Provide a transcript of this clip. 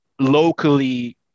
locally